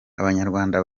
abanyarwanda